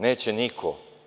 Neće niko.